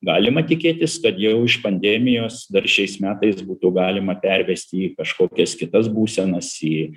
galima tikėtis kad jau iš pandemijos dar šiais metais būtų galima pervesti į kažkokias kitas būsenas į